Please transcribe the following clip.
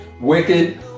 wicked